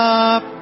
up